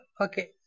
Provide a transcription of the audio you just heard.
Okay